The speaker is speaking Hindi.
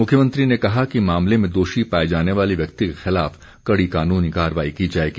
मुख्यमंत्री ने कहा कि मामले में दोषी पाए जाने वाले व्यक्ति के खिलाफ कड़ी कानूनी कार्रवाई की जाएगी